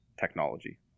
Technology